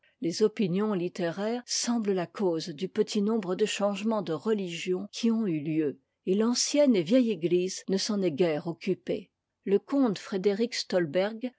les opinions littéraires semblent la cause du petit nombre de changements de religion qui ont eu lieu et l'ancienne et vieille église ne s'en est guère occupée le comte frédéric stolberg